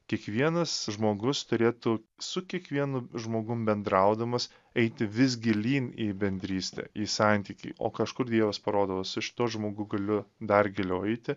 kiekvienas žmogus turėtų su kiekvienu žmogum bendraudamas eiti vis gilyn į bendrystę į santykį o kažkur dievas parodo su šituo žmogu galiu dar giliau eiti